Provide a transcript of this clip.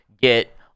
get